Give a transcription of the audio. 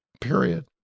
period